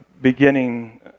beginning